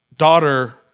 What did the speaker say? daughter